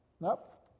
Nope